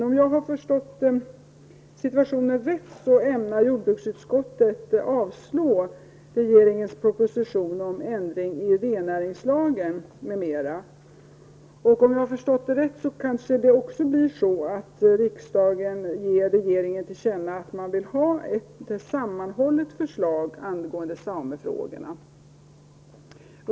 Om jag har förstått situationen rätt ämnar jordbruksutskottet avstyrka regeringens proposition om ändring i rennäringslagen m.m. Om jag har förstått det rätt kanske det också blir så att riksdagen ger regeringen till känna att man vill ha ett sammanhållet förslag angående samefrågorna.